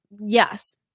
Yes